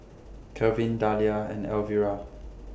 Kelvin Dahlia and Elvira